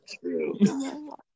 true